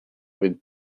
with